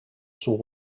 sont